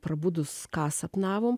prabudus ką sapnavom